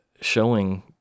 showing